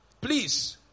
Please